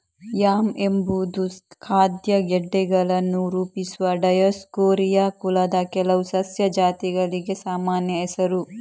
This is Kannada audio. ಯಾಮ್ ಎಂಬುದು ಖಾದ್ಯ ಗೆಡ್ಡೆಗಳನ್ನು ರೂಪಿಸುವ ಡಯೋಸ್ಕೋರಿಯಾ ಕುಲದ ಕೆಲವು ಸಸ್ಯ ಜಾತಿಗಳಿಗೆ ಸಾಮಾನ್ಯ ಹೆಸರು